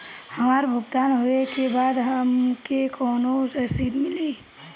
हमार भुगतान होबे के बाद हमके कौनो रसीद मिली?